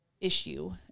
issue